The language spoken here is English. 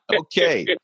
Okay